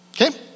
Okay